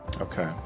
Okay